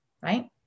Right